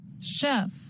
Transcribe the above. Chef